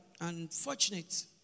unfortunate